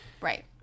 Right